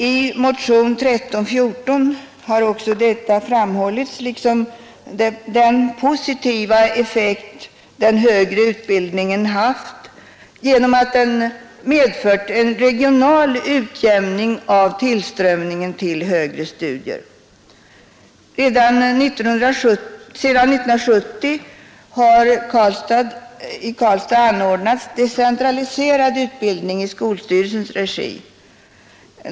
I motionen 1314 har detta också framhållits liksom den positiva effekt den högre utbildningen har haft genom att den medfört en regional utjämning av tillströmningen till högre studier. Sedan 1970 har i Karlstad anordnats decentraliserad utbildning i skolstyrelsens regi.